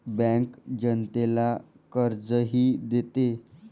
bank जनतेला कर्जही देते